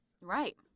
Right